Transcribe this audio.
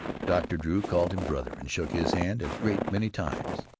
dr. drew called him brother, and shook his hand a great many times.